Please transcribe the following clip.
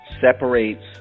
separates